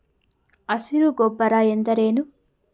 ಹಸಿರು ಗೊಬ್ಬರ ಎಂದರೇನು?